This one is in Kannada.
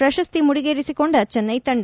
ಪ್ರಶಸ್ತಿ ಮುಡಿಗೇರಿಸಿಕೊಂಡ ಚೆನ್ನೈ ತಂಡ